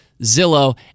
Zillow